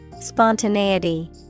Spontaneity